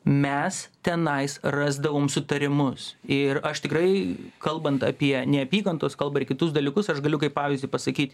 mes tenais rasdavom sutarimus ir aš tikrai kalbant apie neapykantos kalbą ir kitus dalykus aš galiu kaip pavyzdį pasakyt